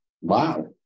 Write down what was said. wow